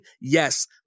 Yes